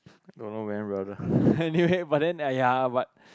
don't know man brother anyway but then !aiya! but